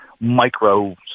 micro